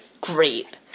Great